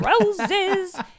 roses